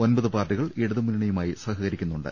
ഒമ്പത് പാർട്ടികൾ ഇടതുമുന്നണിയുമായി സഹ കരിക്കുന്നുണ്ട്